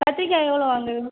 கத்திரிக்காய் எவ்வளோ வாங்கணும்